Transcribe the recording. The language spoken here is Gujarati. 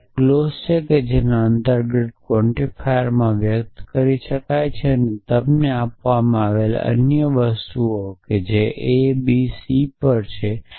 આ એક ક્લૉજ છે જે તેને અંતર્ગત ક્વોન્ટિફાયર માં વ્યક્ત કરે છે અને તે અમને આપવામાં આવેલી અન્ય વસ્તુઓ છે જે a b c પર છે